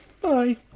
Bye